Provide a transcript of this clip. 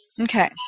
Okay